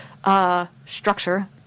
structure